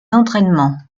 d’entraînement